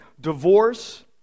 divorce